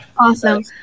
Awesome